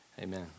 amen